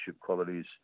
qualities